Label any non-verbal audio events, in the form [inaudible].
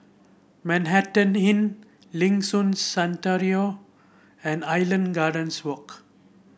Manhattan Inn Liuxun [unintelligible] and Island Gardens Walk